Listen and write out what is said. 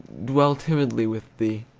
dwell timidly with thee!